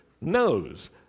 knows